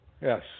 Yes